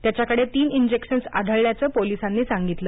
त्याच्याकडे तीन इंजेक्शन्स आढळल्याचं पोलिसांनी सांगितलं